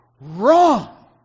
Wrong